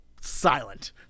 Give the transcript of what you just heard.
silent